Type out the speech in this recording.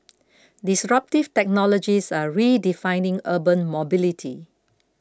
disruptive technologies are redefining urban mobility